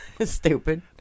stupid